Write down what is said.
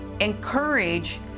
encourage